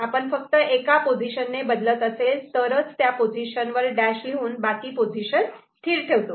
आपण फक्त एका पोझिशन ने बदलत असेल तर त्या पोझिशन वर डॅश लिहून बाकी पोझिशन स्थिर ठेवतो